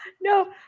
No